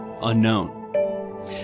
unknown